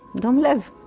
dom lev.